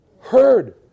Heard